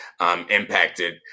impacted